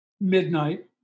midnight